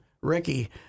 Ricky